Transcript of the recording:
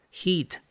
heat